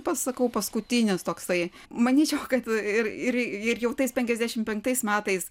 pasakau paskutinis toksai manyčiau kad ir ir ir jau tais penkiasdešimt penktais metais